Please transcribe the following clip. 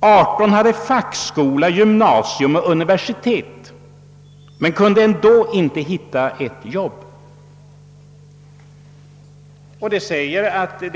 Dessutom hade 18 fackskola, gymnasium eller universitet som bakgrund men kunde ändå inte finna ett arbete. Detta betyder att det